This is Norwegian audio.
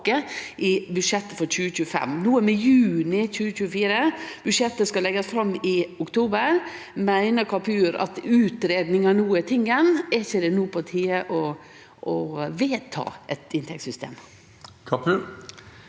i budsjettet for 2025. No er vi i juni 2024. Budsjettet skal leggjast fram i oktober. Meiner Kapur at utgreiingar no er tingen? Er det ikkje på tide å vedta eit inntektssystem?